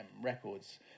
Records